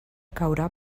caurà